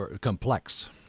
complex